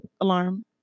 alarm